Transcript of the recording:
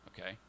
okay